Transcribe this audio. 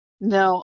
No